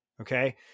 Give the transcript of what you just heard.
okay